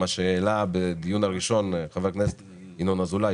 מה שהעלה חבר הכנסת ינון אזולאי,